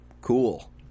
cool